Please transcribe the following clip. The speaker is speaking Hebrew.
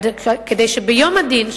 כדי שביום הדין,